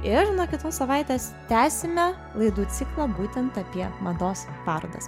ir nuo kitos savaitės tęsime laidų ciklą būtent apie mados parodas